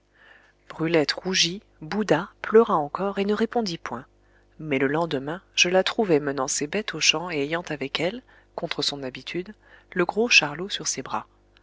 brulette rougit bouda pleura encore et ne répondit point mais le lendemain je la trouvai menant ses bêtes aux champs et ayant avec elle contre son habitude le gros charlot sur ses bras